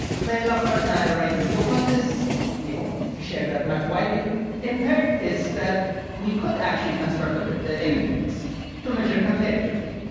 clare lockhart and i are writing a book on this we hope to share that much widely with and third is that we could actually construct an but index to measure comparatively